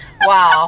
Wow